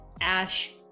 Ash